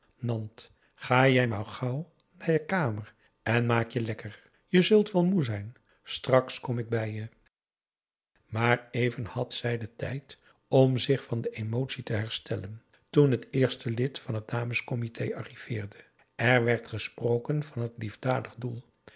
nant ga jij maar gauw naar je kamer en maak je lekker je zult wel moe zijn straks kom ik bij je maar even had zij den tijd om zich van de emotie te herstellen toen het eerste lid van t dames comité arriveerde er werd gesproken van het liefdadig doel